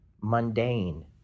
mundane